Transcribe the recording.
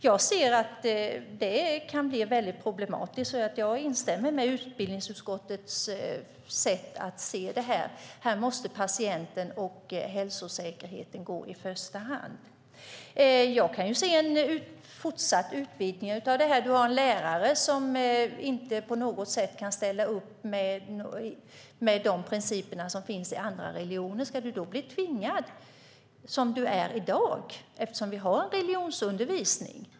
Jag ser att det kan bli väldigt problematiskt. Jag instämmer alltså med utbildningsutskottets sätt att se detta, att patienten och hälsosäkerheten här måste gå i första hand. Jag kan se en fortsatt utvidgning av detta. Om du som lärare inte på något sätt kan ställa upp på de principer som finns i andra religioner, ska du då bli tvingad? Det är du i dag, eftersom vi har en religionsundervisning.